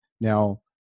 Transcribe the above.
Now